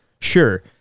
Sure